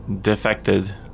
defected